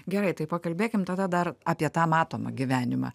gerai tai pakalbėkime tada dar apie tą matomą gyvenimą